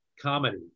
comedy